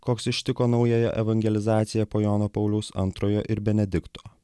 koks ištiko naująją evangelizaciją po jono pauliaus antrojo ir benedikto